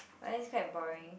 but that's quite boring